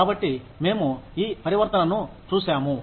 కాబట్టి మేము ఈ పరివర్తనను చూసాము